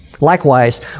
Likewise